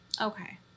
Okay